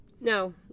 no